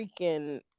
freaking